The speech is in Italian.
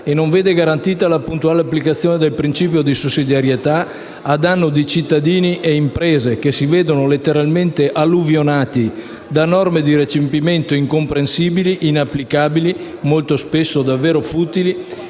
e non vede garantita la puntuale applicazione del principio di sussidiarietà, a danno di cittadini e imprese che si vedono letteralmente alluvionati da norme di recepimento incomprensibili, inapplicabili e molto spesso davvero futili,